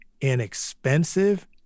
inexpensive